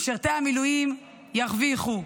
משרתי המילואים ירוויחו.